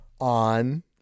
on